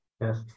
Yes